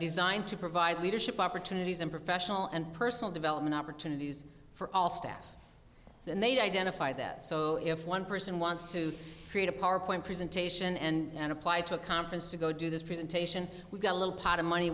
designed to provide leadership opportunities and professional and personal development opportunities for all staff and they'd identify that so if one person wants to create a powerpoint presentation and apply to a conference to go do this presentation we've got a little pot of money